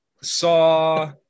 saw